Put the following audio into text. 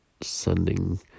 sending